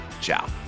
Ciao